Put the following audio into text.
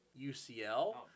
UCL